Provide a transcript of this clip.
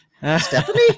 Stephanie